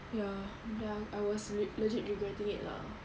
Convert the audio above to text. ya like I was reg~ legit regretting it lah